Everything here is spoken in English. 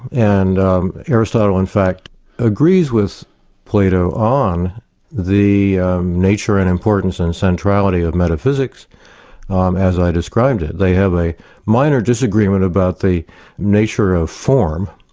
and um aristotle in fact agrees with plato on the nature and importance and centrality of metaphysics um as i described it. they have a minor disagreement about the nature of form,